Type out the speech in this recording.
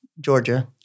Georgia